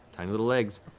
tiny little legs.